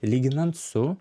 lyginant su